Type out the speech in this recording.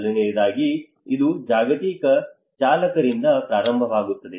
ಮೊದಲನೆಯದಾಗಿ ಇದು ಜಾಗತಿಕ ಚಾಲಕರಿಂದ ಪ್ರಾರಂಭವಾಗುತ್ತದೆ